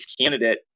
candidate